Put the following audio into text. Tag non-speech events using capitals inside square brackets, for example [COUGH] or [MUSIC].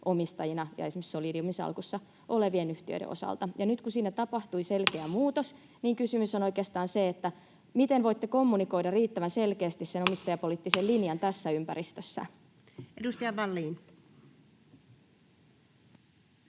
vähemmistöomistajana esimerkiksi Solidiumin salkussa olevien yhtiöiden osalta. Nyt kun siinä tapahtui selkeä muutos, [NOISE] niin kysymys on oikeastaan siitä, miten voitte kommunikoida riittävän selkeästi [NOISE] sen omistajapoliittisen linjan tässä ympäristössä. Edustaja Vallin.